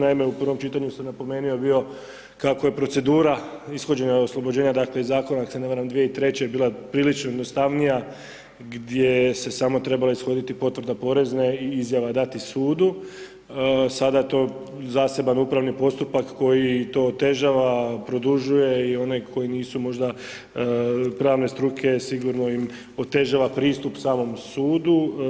Naime, u prvom čitanju sam napomenuo bio kako je procedura ishođenja od oslobođenja, dakle, iz Zakona, ako se ne varam, 2003.-će bila prilično jednostavnija, gdje se samo trebala ishoditi Potvrda porezne i izjava dati sudu, sada to zaseban upravni postupak koji to otežava, produžuje i onaj koji nisu možda pravne struke, sigurno im otežava pristup samom sudu.